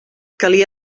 calia